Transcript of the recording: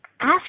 ask